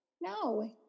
No